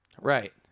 Right